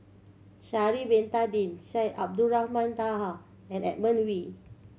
Sha'ari Bin Tadin Syed Abdulrahman Taha and Edmund Wee